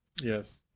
Yes